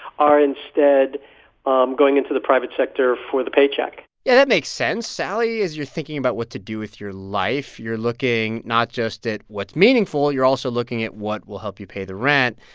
are instead um going into the private sector for the paycheck yeah, that makes sense. sally, as you're thinking about what to do with your life, you're looking not just at what's meaningful. you're also looking at what will help you pay the rent.